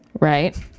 right